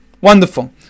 wonderful